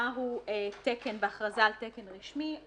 מהו תקן בהכרזה, תקן רשמי.